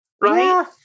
right